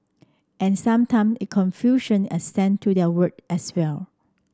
and sometime that confusion extend to their work as well